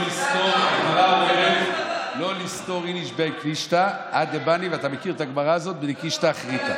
הגמרא אומרת "לא ליסתור איניש בי כנישתא עד דבני בי כנישתא אחריתי",